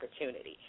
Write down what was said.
opportunity